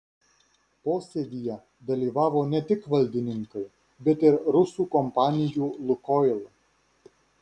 posėdyje dalyvavo ne tik valdininkai bet ir rusų kompanijų lukoil